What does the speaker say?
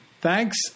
Thanks